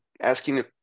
asking